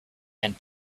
and